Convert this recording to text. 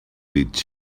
beach